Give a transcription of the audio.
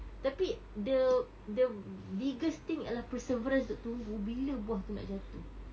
tapi the the biggest thing ialah perseverance untuk tunggu bila buah tu nak jatuh